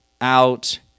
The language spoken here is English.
out